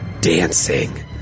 Dancing